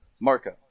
Marco